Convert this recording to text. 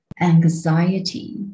anxiety